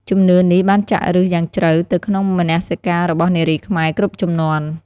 ជំនឿនេះបានចាក់ឫសយ៉ាងជ្រៅទៅក្នុងមនសិការរបស់នារីខ្មែរគ្រប់ជំនាន់។